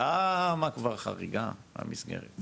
כמה כבר גדולה החריגה מהמסגרת?